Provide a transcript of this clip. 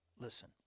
Listen